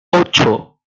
ocho